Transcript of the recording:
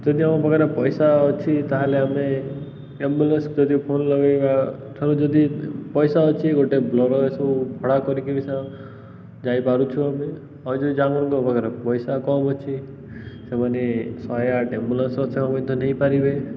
ଯଦି ଆମ ପାଖରେ ପଇସା ଅଛି ତା'ହେଲେ ଆମେ ଆମ୍ବୁଲାନ୍ସ କରି ଫୋନ୍ ଲଗାଇବା ଯଦି ପଇସା ଅଛି ଗୋଟେ ବୋଲେରୋ ଏସବୁ ଭଡ଼ା କରିକି ବି ସେ ଯାଇପାରୁଛୁ ଆମେ ଆଉ ଯଦି ଯାହାମାନଙ୍କ ପାଖରେ ପଇସା କମ୍ ଅଛି ସେମାନେ ଶହେ ଆଠ ଏମ୍ବୁଲାନ୍ସର ସେବା ମଧ୍ୟ ନେଇପାରିବେ